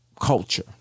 culture